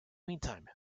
meantime